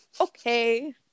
okay